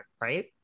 Right